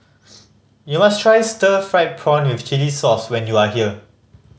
you must try stir fried prawn with chili sauce when you are here